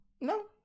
No